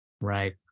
Right